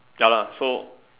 ya lah so